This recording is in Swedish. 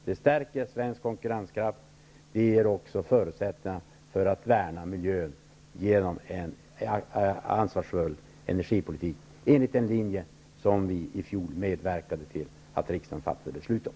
Det stärker svensk konkurrenskraft, och det ger också förutsättningar att värna miljön genom en ansvarsfull energipolitik som följer den linje som vi i fjol medverkade till att riksdagen fattade beslut om.